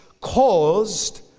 caused